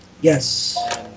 Yes